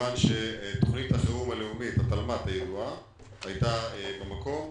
מכיוון שתוכנית החירום הלאומית התלמ"ת הידועה הייתה במקום,